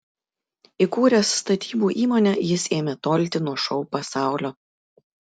įkūręs statybų įmonę jis ėmė tolti nuo šou pasaulio